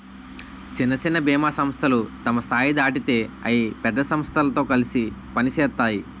సిన్న సిన్న బీమా సంస్థలు తమ స్థాయి దాటితే అయి పెద్ద సమస్థలతో కలిసి పనిసేత్తాయి